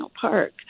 Park